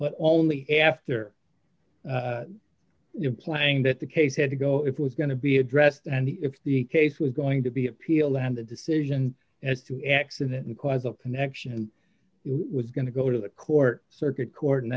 but only after playing that the case had to go if it was going to be addressed and if the case was going to be appealed and the decision as to accident cause the connection it was going to go to the court circuit court and